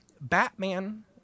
Batman